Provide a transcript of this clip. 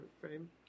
frame